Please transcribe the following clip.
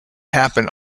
happen